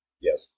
Yes